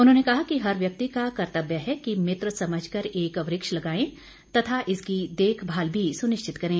उन्होंने कहा कि हर व्यक्ति का कर्तव्य है कि मित्र समझ कर एक वृक्ष लगाएं तथा इसकी देखभाल भी सुनिश्चित करें